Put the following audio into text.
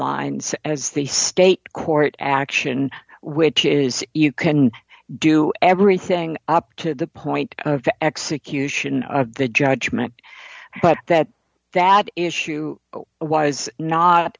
lines as the state court action which is you can do everything up to the point of the execution of the judgment but that that issue was not